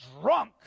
drunk